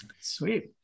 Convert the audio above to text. Sweet